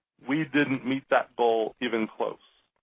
we didn't meet that goal even close.